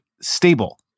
stable